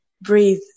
breathe